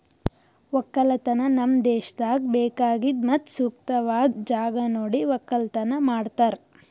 ಒಕ್ಕಲತನ ನಮ್ ದೇಶದಾಗ್ ಬೇಕಾಗಿದ್ ಮತ್ತ ಸೂಕ್ತವಾದ್ ಜಾಗ ನೋಡಿ ಒಕ್ಕಲತನ ಮಾಡ್ತಾರ್